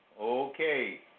Okay